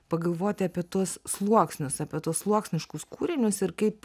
pagalvoti apie tuos sluoksnius apie tuos sluoksniškus kūrinius ir kaip